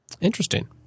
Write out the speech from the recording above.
Interesting